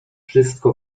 wszystko